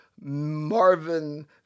Marvin